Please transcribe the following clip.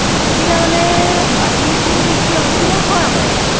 অসুবিধা মানে পানীটো বেছি অসুবিধা হয় আমাৰ ইয়াত